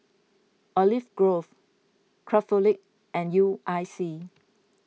Olive Grove Craftholic and U I C